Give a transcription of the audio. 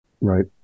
Right